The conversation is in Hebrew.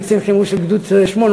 אני קצין חימוש של גדוד 890,